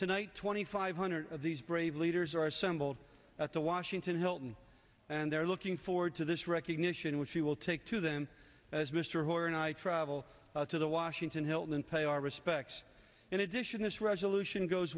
tonight twenty five hundred of these brave leaders are assembled at the washington hilton and they're looking forward to this recognition which we will take to them as mr hoyer and i travel to the washington hilton and pay our respects in addition this resolution goes